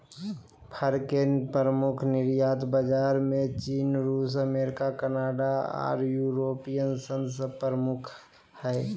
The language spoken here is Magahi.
फर के प्रमुख निर्यातक बाजार में चीन, रूस, अमेरिका, कनाडा आर यूरोपियन संघ प्रमुख हई